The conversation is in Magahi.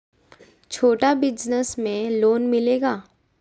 छोटा बिजनस में लोन मिलेगा?